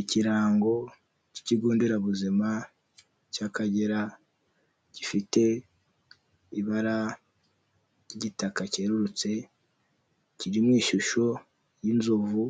Ikirango cy'ikigo nderabuzima cy'Akagera, gifite ibara ry'igitaka cyererutse, kiri mu ishusho y'inzovu